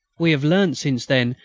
we have learnt, since then,